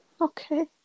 Okay